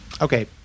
Okay